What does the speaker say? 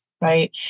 right